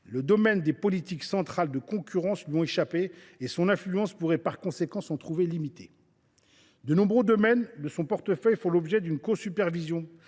le domaine des politiques centrales de concurrence lui a échappé et son influence pourrait par conséquent s’en trouver limitée. De nombreux domaines de son portefeuille font en outre l’objet d’une « co supervision